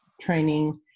training